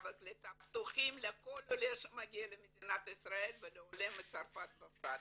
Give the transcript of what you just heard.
והקליטה פתוחים לכל עולה שמגיע למדינת ישראל ולעולה מצרפת בפרט.